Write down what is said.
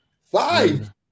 Five